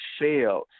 fail